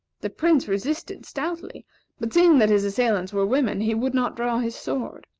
the prince resisted stoutly but seeing that his assailants were women, he would not draw his sword.